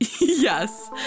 Yes